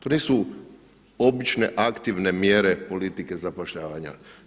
To nisu obične aktivne mjere politike zapošljavanja.